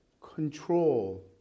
control